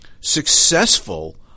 successful